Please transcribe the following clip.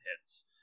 hits